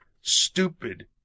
stupid